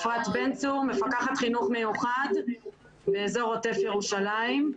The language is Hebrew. אני מפקחת חינוך מיוחד באזור עוטף ירושלים,